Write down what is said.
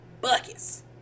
buckets